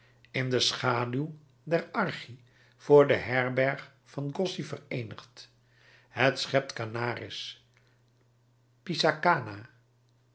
in de schaduw der archi voor de herberg van gozzi vereenigd het schept canaris pisacana